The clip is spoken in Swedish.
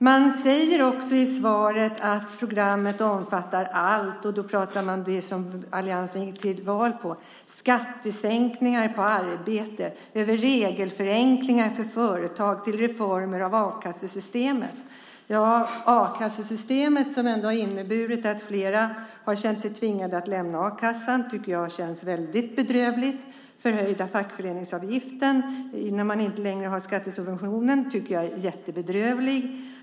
Han säger också i svaret att programmet omfattar allt och pratar då om det som alliansen gick till val på, från skattesänkningar på arbete och regelförenklingar för företag till reformer av a-kassesystemet. A-kassesystemet, som har inneburit att flera har känt sig tvingade att lämna a-kassan, tycker jag känns väldigt bedrövligt. Den höjda fackföreningsavgiften, när man inte längre har skattesubventionen, tycker jag är jättebedrövlig.